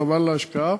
חבל על ההשקעה.